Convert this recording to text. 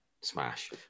smash